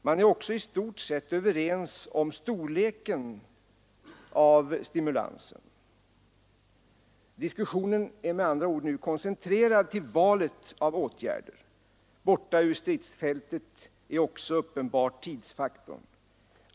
Man är också i stort sett överens om storleken av dessa stimulansåtgärder. Diskussionen är med andra ord nu koncentrerad till valet av åtgärder. Borta ur stridsfältet är uppenbart också tidsfaktorn.